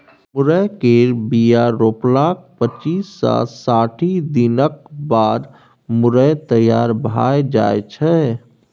मुरय केर बीया रोपलाक पच्चीस सँ साठि दिनक बाद मुरय तैयार भए जाइ छै